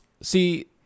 See